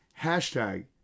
hashtag